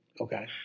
Okay